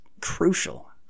crucial